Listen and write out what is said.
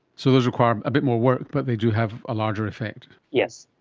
so those require um a bit more work but they do have a larger effect. yes.